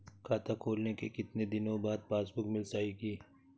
खाता खोलने के कितनी दिनो बाद पासबुक मिल जाएगी?